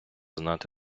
знати